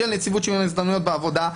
של נציבות שוויון הזדמנויות בעבודה,